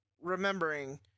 remembering